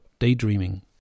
Daydreaming